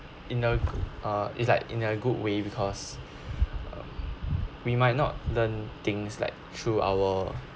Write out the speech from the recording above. in a uh it's like in a good way because we might not learn things like through our